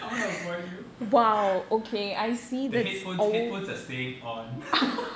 I'm gonna avoid you the headphones headphones are staying on pll